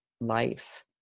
life